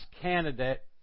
Candidate